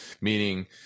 meaning